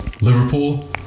Liverpool